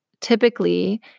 typically